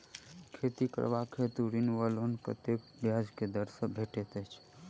खेती करबाक हेतु ऋण वा लोन कतेक ब्याज केँ दर सँ भेटैत अछि?